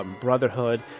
brotherhood